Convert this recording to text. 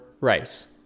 rice